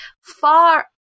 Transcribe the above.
far